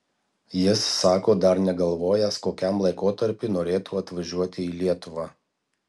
jis sako dar negalvojęs kokiam laikotarpiui norėtų atvažiuoti į lietuvą